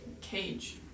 cage